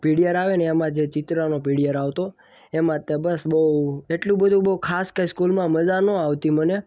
પીડીઅર આવે ને એમાં જે ચિત્રનો પીડીઅર આવતો એમાં તે બસ બહું એટલું બધું બહું ખાસ કાંઈ સ્કૂલમાં મજા ન આવતી મને